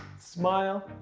smile.